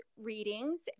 readings